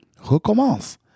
recommence